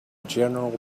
general